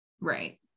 Right